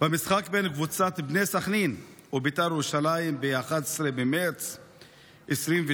במשחק בין קבוצת בני סח'נין לבית"ר ירושלים ב-11 במרץ 2023,